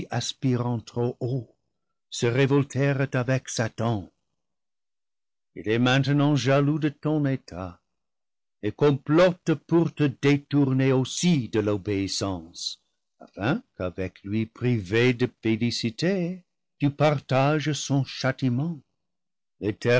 aspirant trop haut se révoltèrent avec satan il est maintenant jaloux de ton état et complote pour te détourner aussi de l'obéissance afin qu'avec lui privé de félicité tu partages son châtiment